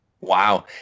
Wow